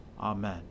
Amen